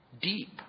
deep